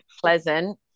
pleasant